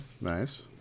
nice